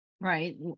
Right